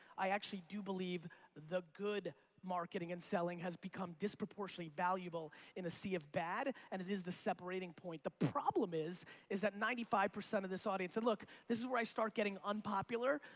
i actually do believe the good marketing and selling has become disproportionally valuable in a sea of bad and it is the separating point. the problem is is that ninety five percent of this audience and look, this is where i start getting unpopular,